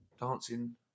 Dancing